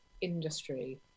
industry